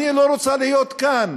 אני לא רוצה להיות כאן.